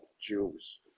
Jews